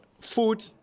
food